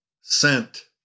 sent